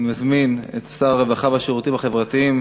נזמין את שר הרווחה והשירותים החברתיים